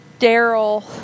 Daryl